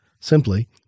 simply